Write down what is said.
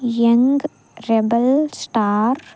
young rebel star